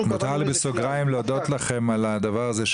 מותר לי בסוגריים להודות לכם על הדבר הזה,